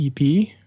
EP